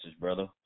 brother